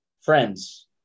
friends